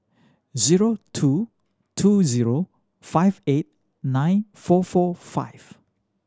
zero two two zero five eight nine four four five